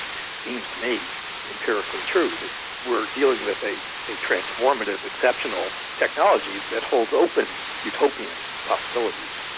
it seems to me empirically true that we're dealing with a a transformative, exceptional technology that holds open utopian possibilities.